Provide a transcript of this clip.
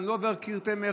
לא עובר קיר תמך,